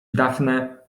daphne